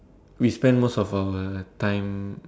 we spend most of our time